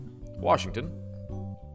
Washington